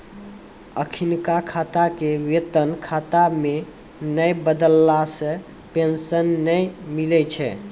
अखिनका खाता के वेतन खाता मे नै बदलला से पेंशन नै मिलै छै